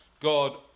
god